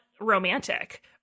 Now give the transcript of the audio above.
romantic